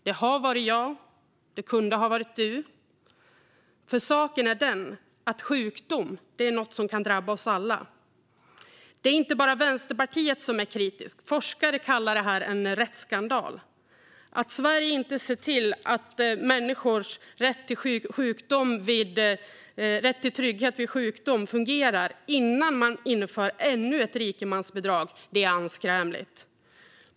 Det har varit jag, och det kunde ha varit du, för saken är den att sjukdom är något som kan drabba oss alla. Det är inte bara Vänsterpartiet som är kritiskt. Forskare kallar det här en rättsskandal. Att Sverige inte ser till att människors rätt till trygghet vid sjukdom fungerar innan man inför ännu ett rikemansbidrag är anskrämligt.